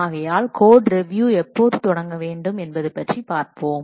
ஆகையால் கோட்ரிவியூ எப்போது தொடங்க வேண்டும் என்பது பற்றி பார்ப்போம்